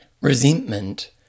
resentment